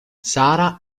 sarah